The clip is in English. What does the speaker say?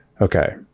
okay